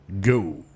Go